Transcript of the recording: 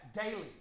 daily